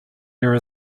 there